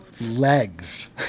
legs